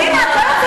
פנינה,